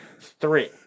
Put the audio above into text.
three